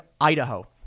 Idaho